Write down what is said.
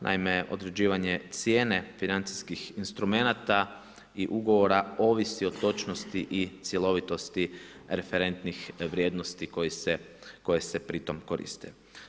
Naime, određivanje financijskih instrumenata i ugovora ovisi o točnosti i cjelovitosti referentnih vrijednosti koje se pritom koriste.